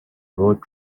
road